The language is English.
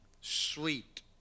sweet